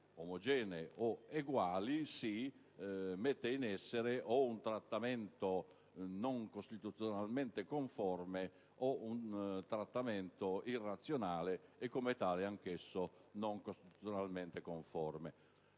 omogenee, si mette in essere o un trattamento non costituzionalmente conforme o un trattamento irrazionale e, come tale, anch'esso non costituzionalmente conforme.